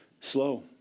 slow